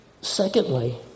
Secondly